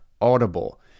Audible